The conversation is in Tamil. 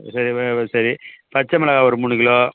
சரி சரி பச்சை மிளகா ஒரு மூணு கிலோ